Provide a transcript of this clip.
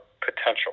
potential